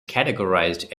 categorized